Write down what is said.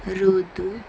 రూతూ